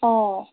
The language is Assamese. অ